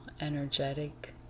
energetic